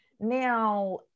now